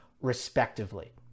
respectively